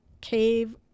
cave